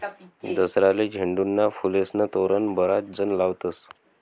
दसराले झेंडूना फुलेस्नं तोरण बराच जण लावतस